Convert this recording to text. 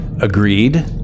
Agreed